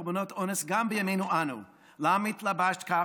קורבנות אונס גם בימינו אנו: למה התלבשת כך?